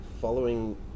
following